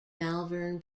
malvern